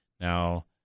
Now